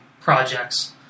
projects